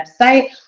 website